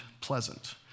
pleasant